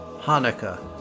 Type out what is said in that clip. Hanukkah